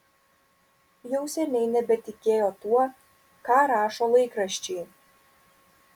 jau seniai nebetikėjo tuo ką rašo laikraščiai